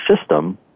system